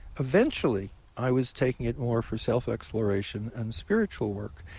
eventually i was taking it more for self-exploration and spiritual work,